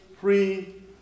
Free